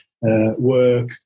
work